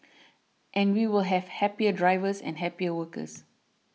and we will have happier drivers and happier workers